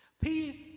Peace